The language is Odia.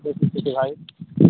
ଦେଖି ଟିକେ ଭାଇ